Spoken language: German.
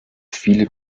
viele